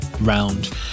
round